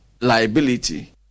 liability